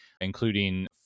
including